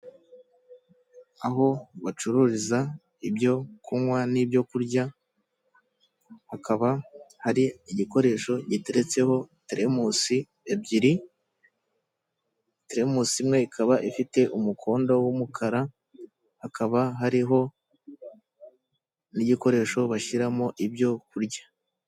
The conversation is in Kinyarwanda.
Aho bacururiza ibyo kunywa nibyo kurya hakaba hari igikoresho giteretseho teremusi ebyiri, teremusi imwe ikaba ifite umukondo w'umukara, hakaba hariho n'igikoresho bashyiramo ibyo kurya.